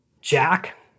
Jack